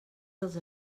dels